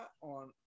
on